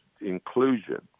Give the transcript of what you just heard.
inclusion